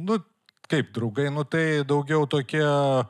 nu kaip draugai nu tai daugiau tokie